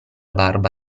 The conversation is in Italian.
barba